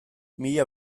mila